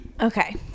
Okay